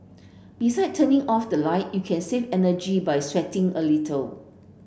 beside turning off the light you can save energy by sweating a little